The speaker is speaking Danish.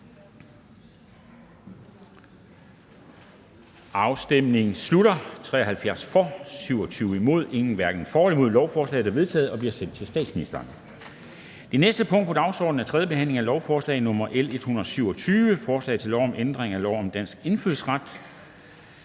stemte 27 (SF, RV, EL, FG og ALT), hverken for eller imod stemte 0. Lovforslaget er vedtaget og bliver sendt til statsministeren. --- Det næste punkt på dagsordenen er: 3) 3. behandling af lovforslag nr. L 127: Forslag til lov om ændring af lov om dansk indfødsret.